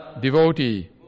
devotee